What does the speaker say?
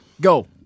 Go